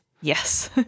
Yes